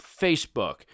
Facebook